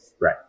right